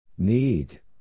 Need